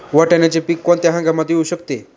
वाटाण्याचे पीक कोणत्या हंगामात येऊ शकते?